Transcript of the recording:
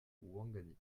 ouangani